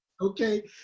Okay